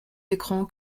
écran